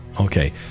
Okay